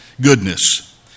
goodness